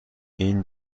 این